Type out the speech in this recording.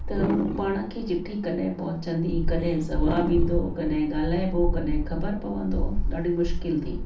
त हू पाण खे चिट्ठी कॾहिं पहुचंदी कॾहिं जवाबु ईंदो कॾहिं ॻाल्हाइबो कॾहिं ख़बर पवंदो ॾाढी मुश्किल थी